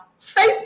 Facebook